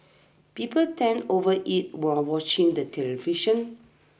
people tend overeat while watching the television